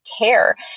care